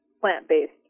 plant-based